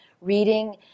reading